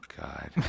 God